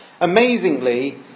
Amazingly